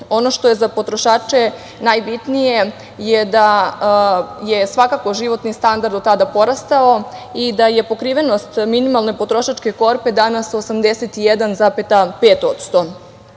Ono što je za potrošače najbitnije je da je svakako životni standard do tada porastao i da je pokrivenost minimalne potrošačke korpe danas 81,5%.